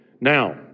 Now